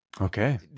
Okay